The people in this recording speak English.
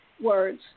words